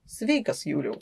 sveikas juliau